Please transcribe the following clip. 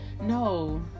no